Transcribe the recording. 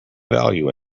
value